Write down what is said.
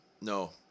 No